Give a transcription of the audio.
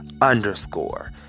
underscore